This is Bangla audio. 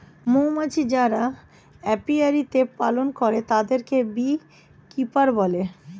মৌমাছি যারা অপিয়ারীতে পালন করে তাদেরকে বী কিপার বলে